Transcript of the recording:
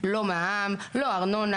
לא מע"מ, לא ארנונה.